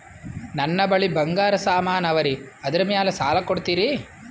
ನನ್ನ ಬಳಿ ಬಂಗಾರ ಸಾಮಾನ ಅವರಿ ಅದರ ಮ್ಯಾಲ ಸಾಲ ಕೊಡ್ತೀರಿ?